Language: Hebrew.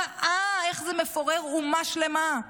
ראה איך זה מפורר אומה שלמה,